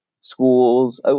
schools